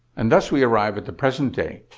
and thus, we arrive at the present day